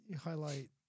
highlight